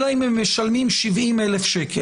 אלא אם הם משלמים 70,000 שקל.